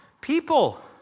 People